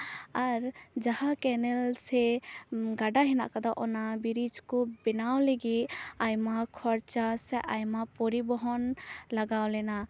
ᱟᱨ ᱡᱟᱦᱟᱸ ᱠᱮᱱᱮᱞ ᱥᱮ ᱜᱟᱰᱟ ᱦᱮᱱᱟᱜ ᱠᱟᱜᱼᱟ ᱠᱟᱫᱟ ᱚᱱᱟ ᱵᱨᱤᱡᱽ ᱠᱚ ᱦᱮᱱᱟᱣ ᱞᱟᱹᱜᱤᱫ ᱟᱭᱢᱟ ᱠᱷᱚᱨᱪᱟ ᱥᱮ ᱟᱭᱢᱟ ᱯᱚᱨᱤᱵᱚᱦᱚᱱ ᱞᱟᱜᱟᱣ ᱞᱮᱱᱟ